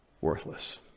Worthless